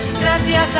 Gracias